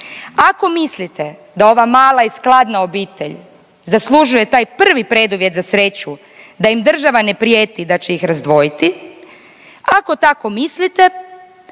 ako mislite da ova mala i skladna obitelj zaslužuje taj prvi preduvjet za sreću da im država ne prijeti da će ih razdvojiti, ako tako mislite